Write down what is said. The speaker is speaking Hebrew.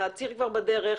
העציר כבר בדרך,